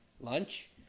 lunch